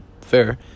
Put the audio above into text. fair